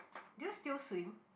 do you still swim